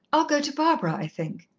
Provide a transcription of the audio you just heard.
i'll go to barbara, i think.